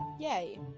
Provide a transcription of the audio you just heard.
yay.